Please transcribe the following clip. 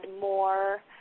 more